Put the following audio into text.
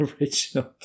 original